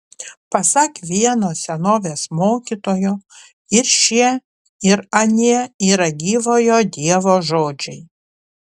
pasak vieno senovės mokytojo ir šie ir anie yra gyvojo dievo žodžiai